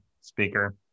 speaker